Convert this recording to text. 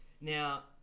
Now